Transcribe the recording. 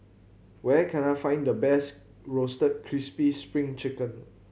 where can I find the best Roasted Crispy Spring Chicken